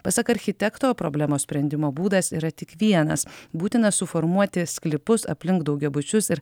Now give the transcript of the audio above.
pasak architekto problemos sprendimo būdas yra tik vienas būtina suformuoti sklypus aplink daugiabučius ir